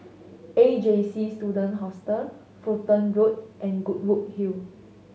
A J C Student Hostel Fulton Road and Goodwood Hill